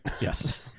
Yes